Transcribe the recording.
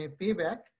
payback